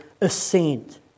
assent